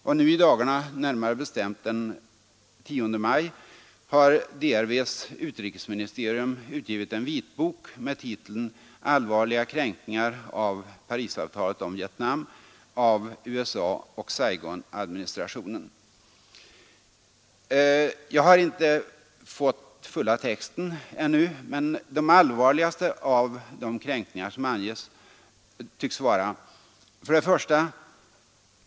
Och nu i dagarna, närmare bestämt den 10 maj, har DRV :s utrikesministerium utgivit en vitbok med titeln ”Allvarliga kränkningar av Parisavtalet om Vietnam av USA och Saigonadministrationen”. Jag har inte fått den fulla texten ännu, men de allvarligaste av de kränkningar som anges tycks vara: 1.